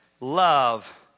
love